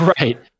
Right